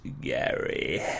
Gary